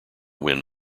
win